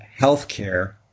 healthcare